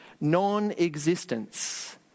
non-existence